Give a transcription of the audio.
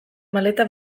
maleta